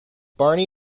barney